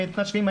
הם מתנשפים,